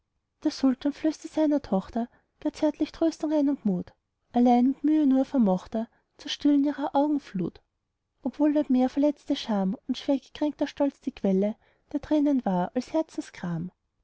der sultan flößte seiner tochter gar zärtlich tröstung ein und mut allein mit mühe nur vermocht er zu stillen ihrer augen flut obwohl weit mehr verletzte scham und schwergekränkter stolz die quelle der tränen war als